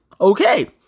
okay